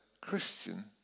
Christian